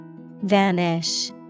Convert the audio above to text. Vanish